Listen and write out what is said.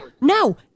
no